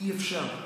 אי-אפשר.